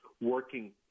working